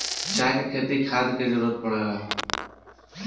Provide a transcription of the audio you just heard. चाय के खेती मे खाद के जरूरत पड़ेला